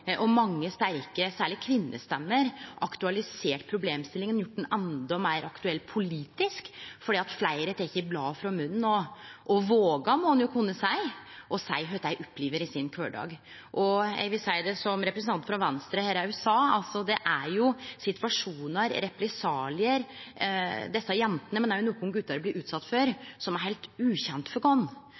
Og mange sterke stemmer, særleg kvinnestemmer, har aktualisert problemstillinga og gjort ho endå meir aktuell politisk, fordi fleire tek bladet frå munnen og vågar – det må ein jo kunne seie – fortelje kva dei opplever i sin kvardag. Som representanten frå Venstre òg sa, er det situasjonar, represaliar som desse jentene, men òg nokre gutar, blir utsette for, som er heilt ukjende for oss.